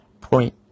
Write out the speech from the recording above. Point